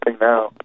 now